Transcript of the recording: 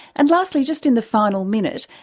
and lastly, just in the final minute,